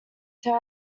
tale